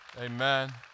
Amen